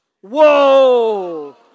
Whoa